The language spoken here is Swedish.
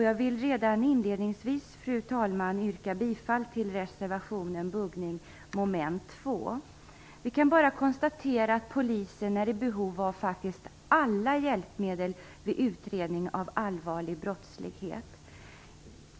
Jag vill redan inledningsvis, fru talman, yrka bifall till reservationen om buggning under mom. 2. Vi kan bara konstatera att polisen är i behov av alla hjälpmedel vid utredning av allvarlig brottslighet.